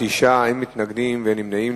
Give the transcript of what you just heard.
תשעה בעד, אין מתנגדים ואין נמנעים.